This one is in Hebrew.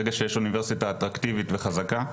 ברגע שיש אוניברסיטה אטרקטיבית וחזקה.